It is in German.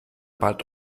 bad